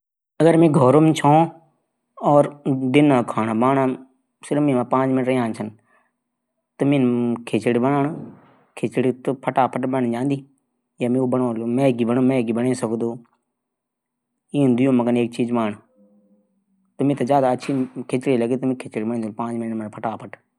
हमथे बच्चों कू शारीरिक गतिविधि बढाणू प्रयास करनू उंथे कुछ ईन खेल खिलाण चैन जैसे कि वह शारीरिक रूप से फिट वाई। जन की दौड मराण क्रिकेट खिराण। साइकिल चलाण। आसान कसरत कन सिखांण चैंद। जैसे कि वू फिट राई।